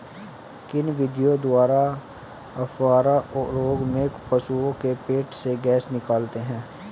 किन विधियों द्वारा अफारा रोग में पशुओं के पेट से गैस निकालते हैं?